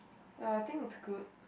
ya I think it's good